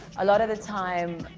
a lot of the time